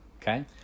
Okay